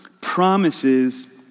promises